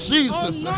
Jesus